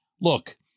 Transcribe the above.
Look